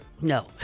No